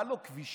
בא לו כבישים